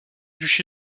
duché